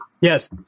Yes